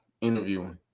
interviewing